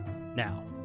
Now